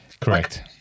Correct